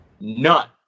None